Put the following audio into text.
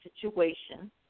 Situation